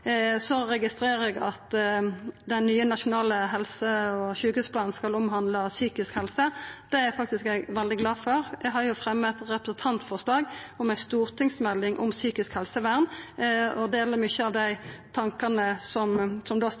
Eg registrerer at den nye nasjonale helse- og sjukehusplanen skal omhandla psykisk helse. Det er eg veldig glad for. Eg har fremja eit representantforslag om ei stortingsmelding om psykisk helsevern og deler mange av dei tankane som